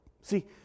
See